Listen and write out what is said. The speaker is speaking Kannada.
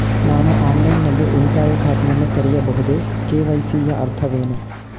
ನಾನು ಆನ್ಲೈನ್ ನಲ್ಲಿ ಉಳಿತಾಯ ಖಾತೆಯನ್ನು ತೆರೆಯಬಹುದೇ? ಕೆ.ವೈ.ಸಿ ಯ ಅರ್ಥವೇನು?